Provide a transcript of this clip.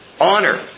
honor